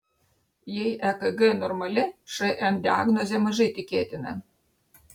jei ekg normali šn diagnozė mažai tikėtina